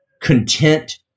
content